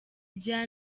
bya